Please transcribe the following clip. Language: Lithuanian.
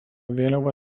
vėliava